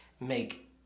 make